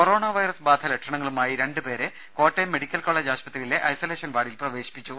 corona virus ബാധ ലക്ഷണങ്ങളുമായി രണ്ടുപേരെ കോട്ടയം മെഡിക്കൽ കോളജ് ആശുപത്രിയിലെ ഐസൊലേഷൻ വാർഡിൽ പ്രവേശിപ്പിച്ചു